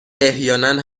احیانا